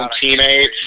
teammates